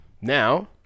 Now